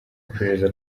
iperereza